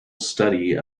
study